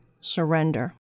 surrender